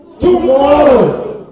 Tomorrow